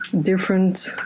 different